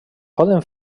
poden